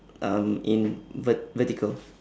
um in vert~ vertical